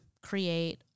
create